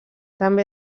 també